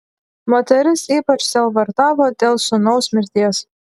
moteris ypač sielvartavo dėl sūnaus mirties